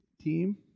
team